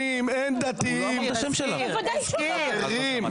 בוודאי שהוא --- חברים,